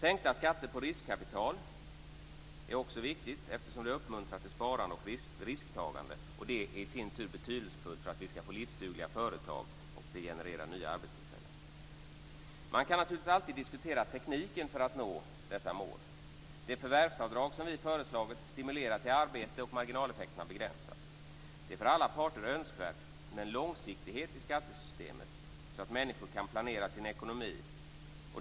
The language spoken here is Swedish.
Sänkta skatter på riskkapital är också viktigt eftersom det uppmuntrar till sparande och risktagande, vilket är betydelsefullt för att vi skall få livsdugliga företag - och det genererar nya arbetstillfällen. Man kan naturligtvis alltid diskutera tekniken för att nå dessa mål. Det förvärvsavdrag som vi har föreslagit stimulerar till arbete och marginaleffekterna begränsas. Det är för alla parter önskvärt med en långsiktighet i skattesystemet, så att människor kan planera sin ekonomi.